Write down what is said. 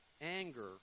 anger